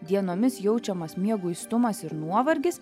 dienomis jaučiamas mieguistumas ir nuovargis